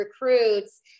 recruits